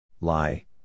Lie